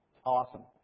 Awesome